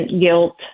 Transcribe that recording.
guilt